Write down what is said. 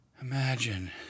Imagine